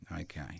Okay